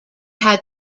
had